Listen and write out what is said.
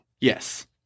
Yes